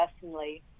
personally